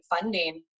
funding